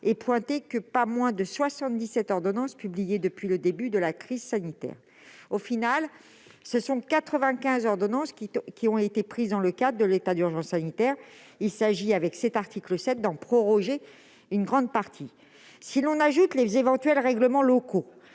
relevaient que pas moins de 77 ordonnances avaient été publiées depuis le début de la crise sanitaire. Au total, ce sont 95 ordonnances qui ont été prises dans le cadre de l'état d'urgence sanitaire. L'article 7 vise à en proroger une grande partie. Si l'on ajoute les éventuels règlements locaux,